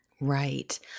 Right